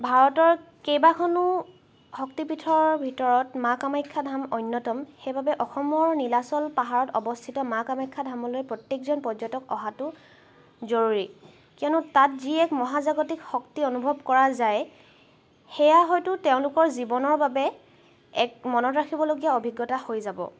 ভাৰতৰ কেইবাখনো শক্তিপীঠৰ ভিতৰত মা কামাখ্যা ধাম অন্যতম সেইবাবে অসমৰ নীলাচল পাহাৰত অৱস্থিত মা কামাখ্যা ধামলৈ প্ৰত্যেকজন পৰ্যটক অহাটো জৰুৰী কিয়নো তাত যি এক মহাজাগতিক শক্তি অনুভৱ কৰা যায় সেয়া হয়তো তেওঁলোকৰ জীৱনৰ বাবে এয়া মনত ৰাখিবলগীয়া অভিজ্ঞতা হৈ যাব